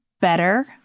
better